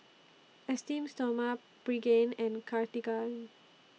Esteem Stoma Pregain and Cartigain